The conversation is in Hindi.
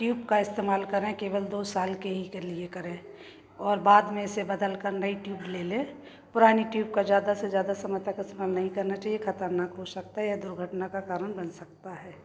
ट्यूब का इस्तेमाल करें केवल दो साल के लिए ही करें और बाद में से बदलकर नई ट्यूब ले लें पुरानी ट्यूब का ज़्यादा से ज़्यादा समय तक इस्तेमाल नहीं करना चाहिए ख़तरनाक हो सकता है या दुर्घटना का कारण बन सकता है